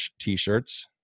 T-shirts